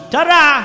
Ta-da